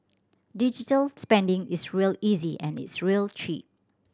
digital spending is real easy and it's real cheap